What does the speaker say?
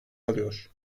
alıyor